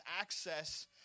access